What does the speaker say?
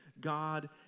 God